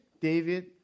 David